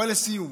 לסיום,